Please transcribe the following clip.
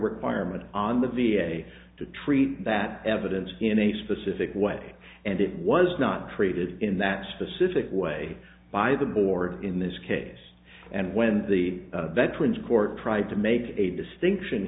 requirement on the v a to treat that evidence in a specific way and it was not treated in that specific way by the board in this case and when the veterans court tried to make a distinction